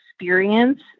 experience